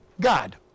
God